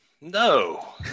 No